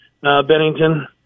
Bennington